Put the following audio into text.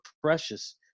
precious